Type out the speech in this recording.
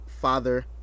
Father